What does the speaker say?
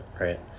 right